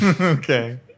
Okay